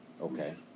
Okay